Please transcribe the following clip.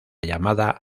llamada